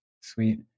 Sweet